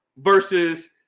versus